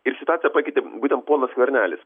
ir situaciją pakeitė būtent ponas skvernelis